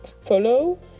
follow